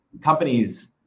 companies